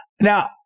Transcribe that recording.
Now